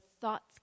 thoughts